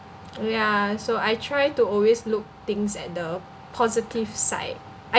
ya so I try to always look things at the positive side